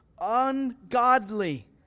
Ungodly